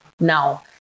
now